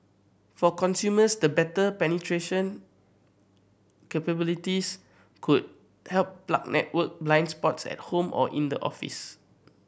for consumers the better penetration capabilities could help plug network blind spots at home or in the office